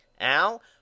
Al